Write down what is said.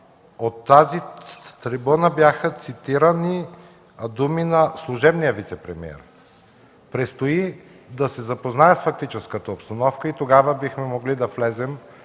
От тази трибуна бяха цитирани думи на служебния вицепремиер. Предстои да се запозная с фактическата обстановка – тогава бихме могли да влезем